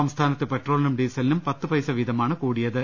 സംസ്ഥാനത്ത് പെട്രോളിനും ഡീസലിനും പത്ത് പൈസ വീതുമാണ് കൂടിയത്